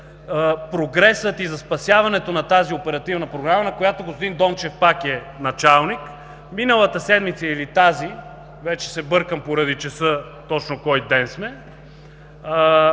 за прогреса и спасяването на тази Оперативна програма, на която господин Дончев пак е началник, миналата или тази седмица – вече се бъркам поради часа точно кой ден сме,